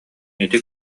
ити